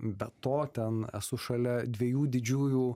be to ten esu šalia dviejų didžiųjų